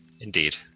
indeed